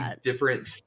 different